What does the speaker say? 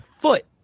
foot